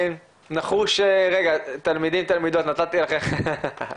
בסמים וסיגריה אלקטרונית וכו'.